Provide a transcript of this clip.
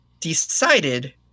decided